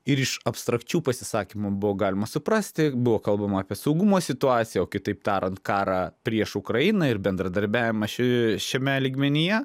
ir iš abstrakčių pasisakymų buvo galima suprasti buvo kalbama apie saugumo situaciją kitaip tarant karą prieš ukrainą ir bendradarbiavimą šį šiame lygmenyje